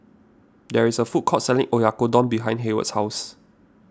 there is a food court selling Oyakodon behind Heyward's house